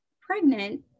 pregnant